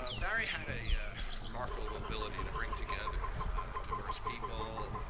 ah barry had a remarkable ability to bring together diverse people,